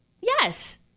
yes